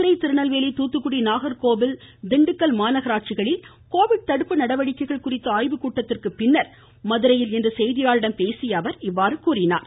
மதுரை திருநெல்வேலி தாத்துக்குடி நாகர்கோவில் திண்டுக்கல் மாநகராட்சிகளில் கோவிட் தடுப்பு நடவடிக்கைகள் குறித்த ஆய்வுக்கூட்டத்திற்குப்பின் மதுரையில் இன்று செய்தியாளர்களிடம் பேசியஅவர் இதனை தெரிவித்தார்